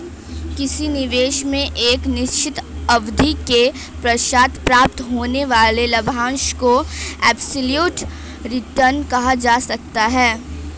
किसी निवेश में एक निश्चित अवधि के पश्चात प्राप्त होने वाले लाभांश को एब्सलूट रिटर्न कहा जा सकता है